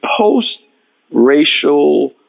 post-racial